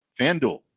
FanDuel